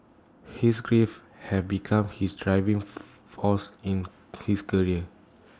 his grief had become his driving force in his career